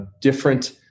different